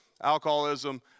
alcoholism